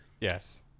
Yes